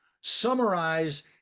summarize